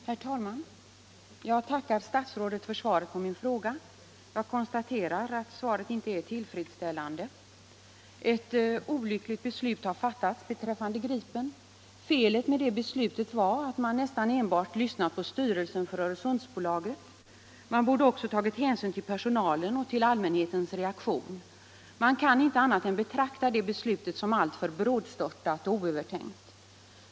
Herr talman! Jag tackar statsrådet för svaret på min fråga. Jag konstaterar att svaret inte är tillfredsställande. Ett olyckligt beslut har fattats beträffande ”Gripen”. Felet med det beslutet är att man nästan enbart lyssnat på styrelsen för Öresundsbolaget. Man borde också tagit hänsyn till personalen och till allmänhetens reaktion. Beslutet kan inte annat än betraktas som alltför brådstörtat och oövertänkt.